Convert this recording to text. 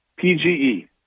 PGE